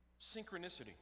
synchronicity